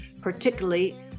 particularly